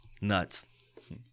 Nuts